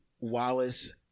Wallace